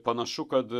panašu kad